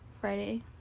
Friday